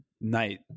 night